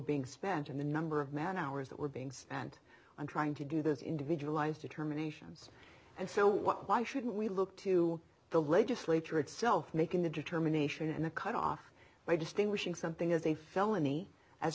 being spent in the number of man hours that we're beings and i'm trying to do that individualized determinations and so why should we look to the legislature itself making the determination and the cut off by distinguishing something is a felony as